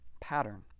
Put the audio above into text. pattern